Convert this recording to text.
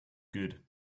good